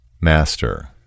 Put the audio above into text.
Master